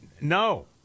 No